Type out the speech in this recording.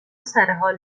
سرحال